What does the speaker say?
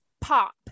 pop